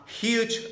huge